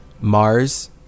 Mars